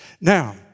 Now